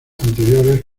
anteriores